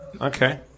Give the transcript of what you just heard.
Okay